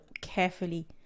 carefully